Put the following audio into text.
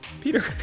Peter